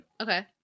Okay